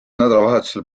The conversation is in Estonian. nädalavahetusel